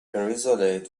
irresolute